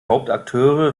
hauptakteure